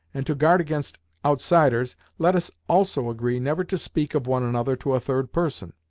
and, to guard against outsiders, let us also agree never to speak of one another to a third person.